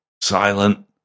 silent